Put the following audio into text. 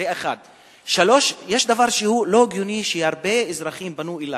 3. יש דבר שהוא לא הגיוני, והרבה אזרחים פנו אלי,